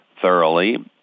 thoroughly